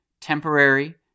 temporary